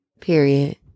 Period